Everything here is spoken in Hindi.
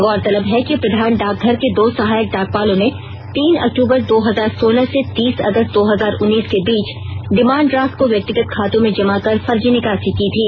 गौरतलब है कि प्रधान डाकघर के दो सहायक डाकपालों ने तीन अक्टूबर दो हजार सोलह से तीस अगस्त दो हजार उन्नीस के बीच डिमांड ड्राफ्ट को व्यक्तिगत खातों में जमा कर फर्जी निकासी की थी